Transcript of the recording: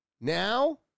Now